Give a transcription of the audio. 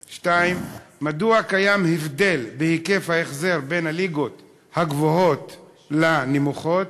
2. מדוע קיים הבדל בהיקף ההחזר בין הליגות הגבוהות לנמוכות?